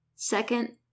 Second